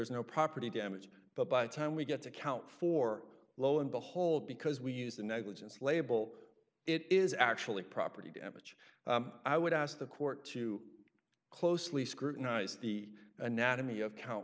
's no property damage but by the time we get to count for lo and behold because we use the negligence label it is actually property damage i would ask the court to closely scrutinized the anatomy of count